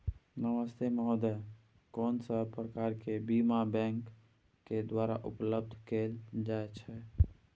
नमस्ते महोदय, कोन सब प्रकार के बीमा बैंक के द्वारा उपलब्ध कैल जाए छै?